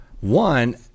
one